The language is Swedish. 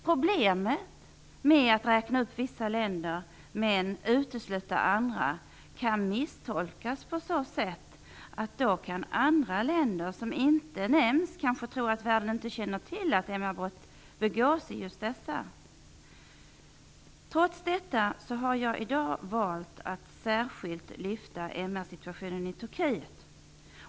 Problemet med att räkna upp vissa länder men utesluta andra är att det kan misstolkas på så sätt att länder som inte nämns kanske tror att världen inte känner till att MR-brott begås i just dessa länder. Trots detta har jag i dag valt att särskilt lyfta fram MR-situationen i Turkiet.